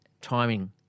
Timing